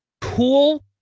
cool